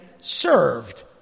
served